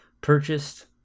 purchased